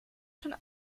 schon